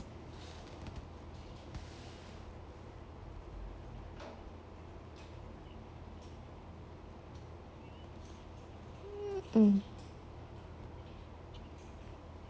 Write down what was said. mm